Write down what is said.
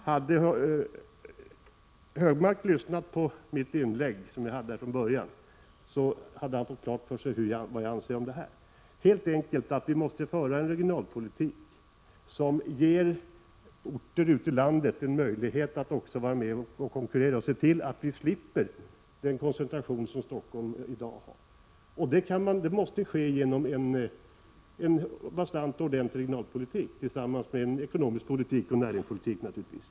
Om Anders G Högmark hade lyssnat på mitt inlägg hade han fått klart för sig vad jag anser om det här. Vi måste helt enkelt föra en regionalpolitik som ger — Prot. 1986/87:128 även orter ute i landet en möjlighet att vara med och konkurrera. Vi måstese 21 maj 1987 till att vi slipper den koncentration som man i dag har i Stockholm. Det måste ske genom en bastant och ordentlig regionalpolitik tillsammans med en ekonomisk politik och en näringspolitik naturligtvis.